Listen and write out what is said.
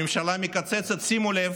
הממשלה מקצצת, שימו לב,